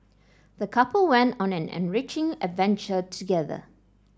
the couple went on an enriching adventure together